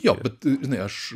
jo bet žinai aš